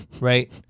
right